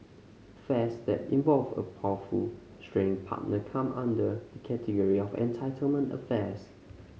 affairs that involve a powerful straying partner come under the category of entitlement affairs